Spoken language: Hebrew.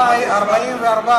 לחבר מועצה), התשס"ט 2009, נתקבלה.